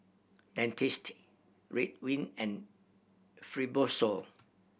Dentiste Ridwind and Fibrosol